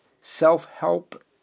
self-help